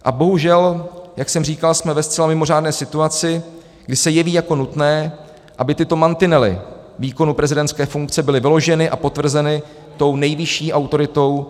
A bohužel, jak jsem říkal, jsme ve zcela mimořádné situaci, kdy se jeví jako nutné, aby tyto mantinely výkonu prezidentské funkce byly vyloženy a potvrzeny nejvyšší autoritou.